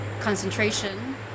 concentration